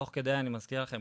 תוך כדי אני מזכיר לכם,